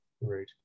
Right